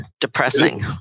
depressing